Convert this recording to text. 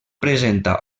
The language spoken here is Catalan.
presenta